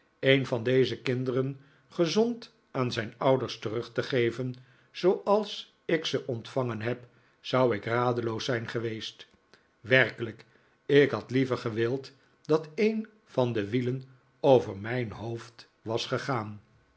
een van deze kinderen gezond aan zijn ouders terug te geven zooals ik ze ontvangen heb zou ik radeloos zijn geweest werkelijk ik had liever gewild dat een van de wielen over mijn hoofd was gegaan